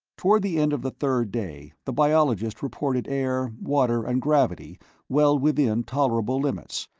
toward the end of the third day, the biologist reported air, water and gravity well within tolerable limits,